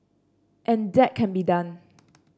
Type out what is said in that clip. and that can be done